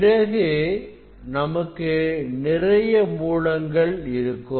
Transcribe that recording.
பிறகு நமக்கு நிறைய மூலங்கள் இருக்கும்